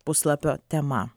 puslapio tema